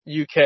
UK